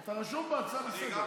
אתה רשום בהצעה לסדר-היום.